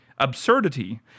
absurdity